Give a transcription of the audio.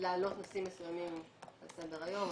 לעלות נושאים מסוימים על סדר היום.